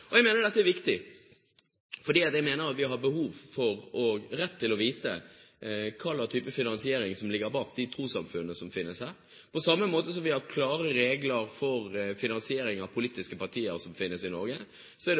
utlandet.» Jeg mener at dette er viktig, fordi jeg mener at vi har behov for og rett til å vite hva slags type finansiering som ligger bak de trossamfunnene som finnes her. På samme måte som vi har klare regler for finansiering av politiske partier som finnes i Norge, er det